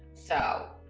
so.